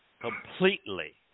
completely